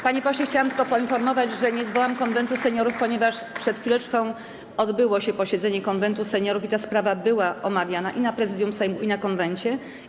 Panie pośle, chciałam tylko poinformować, że nie zwołam Konwentu Seniorów, ponieważ przed chwileczką odbyło się posiedzenie Konwentu Seniorów i ta sprawa była omawiana i w Prezydium Sejmu, i w Konwencie.